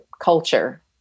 culture